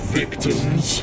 victims